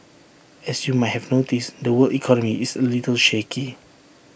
as you might have noticed the world economy is A little shaky